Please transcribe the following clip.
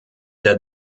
der